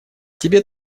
тебе